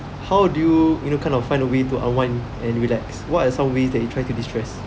how do you you know kind of find a way to unwind and relax what are some ways that you try to destress